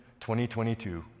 2022